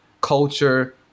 culture